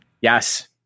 Yes